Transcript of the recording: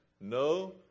no